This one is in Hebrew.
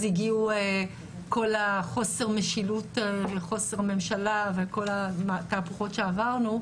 הגיעו כל החוסר משילות וחוסר ממשלה וכל התהפוכות שעברנו,